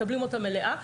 מקבלים אותה מלאה.